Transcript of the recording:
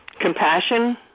Compassion